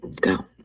Go